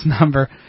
number